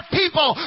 people